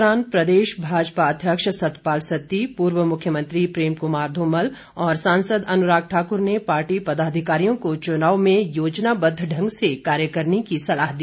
बैठक में प्रदेश भाजपा अध्यक्ष सतपाल सत्ती पूर्व मुख्यमंत्री प्रेम कुमार धूमल और सांसद अनुराग ठाक्र ने पार्टी पदाधिकारियों को चुनाव में योजनाबद्व ढंग से कार्य करने की सलाह दी